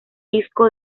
disco